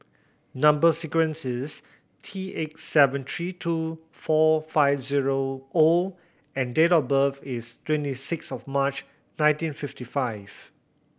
number sequence is T eight seven three two four five zero O and date of birth is twenty six of March nineteen fifty five